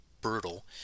brutal